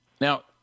Now